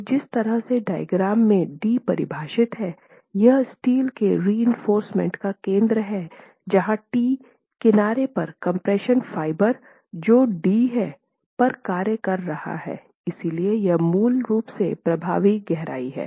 तो जिस तरह से डायग्राम में डी परिभाषित है यह स्टील के रिइंफोर्समेन्ट का केंद्र है जहां t किनारे पर कम्प्रेशन फाइबर जो d है पर कार्य कर रहा है इसलिए यह मूल रूप से प्रभावी गहराई है